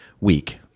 week